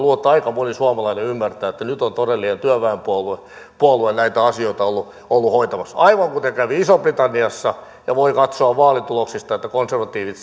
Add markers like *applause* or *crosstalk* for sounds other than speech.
että aika moni suomalainen ymmärtää että nyt on todellinen työväenpuolue näitä asioita ollut ollut hoitamassa aivan kuten kävi iso britanniassa ja voi katsoa vaalituloksista että konservatiivit *unintelligible*